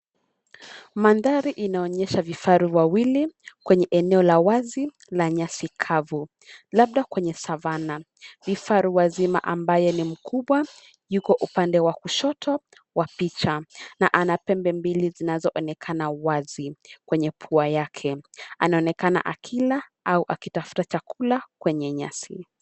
Mandhari inaonyesha vifaru wawili, kwenye eneo la wazi, la nyasi kavu, labda kwenye savannah , vifaru wazima ambaye ni mkubwa, yuko upande wa kushoto, wa picha, na ana pembe mbili zinazoonekana wazi, kwenye pua yake, anaonekana akila au akitafuta chakula kwenye nyasi.